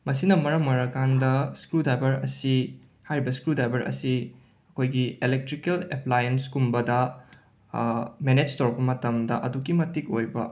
ꯃꯁꯤꯅ ꯃꯔꯝ ꯑꯣꯏꯔꯀꯥꯟꯗ ꯁ꯭ꯀ꯭ꯔꯨꯗꯥꯏꯕꯔ ꯑꯁꯤ ꯍꯥꯏꯔꯤꯕ ꯁ꯭ꯀ꯭ꯔꯨꯗꯥꯏꯕꯔ ꯑꯁꯤ ꯑꯩꯈꯣꯏꯒꯤ ꯑꯦꯂꯦꯛꯇ꯭ꯔꯤꯀꯦꯜ ꯑꯦꯄ꯭ꯂꯥꯏꯌꯦꯟꯁꯀꯨꯝꯕꯗ ꯃꯦꯅꯦꯖ ꯇꯧꯔꯛꯄ ꯃꯇꯝꯗ ꯑꯗꯨꯛꯀꯤ ꯃꯇꯤꯛꯀꯤ ꯑꯣꯏꯕ